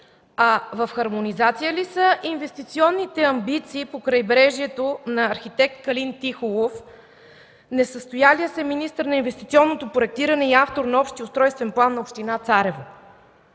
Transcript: а в хармонизация ли са инвестиционните амбиции по крайбрежието на арх. Калин Тихолов – несъстоялия се министър на инвестиционното проектиране и автор на Общия устройствен план на община Царево?!